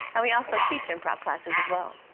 and we also teach improv classes as well.